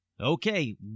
Okay